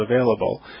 available